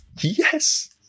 Yes